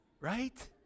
Right